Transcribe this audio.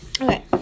okay